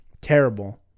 terrible